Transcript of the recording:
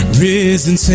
risen